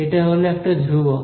এটা হল একটা ধ্রুবক